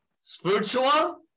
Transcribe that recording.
spiritual